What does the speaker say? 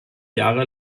jahre